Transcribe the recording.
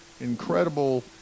incredible